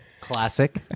Classic